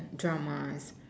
Dramas